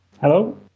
Hello